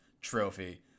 trophy